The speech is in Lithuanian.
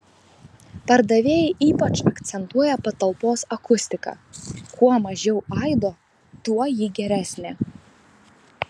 pardavėjai ypač akcentuoja patalpos akustiką kuo mažiau aido tuo ji geresnė